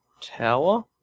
tower